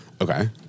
Okay